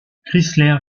chrysler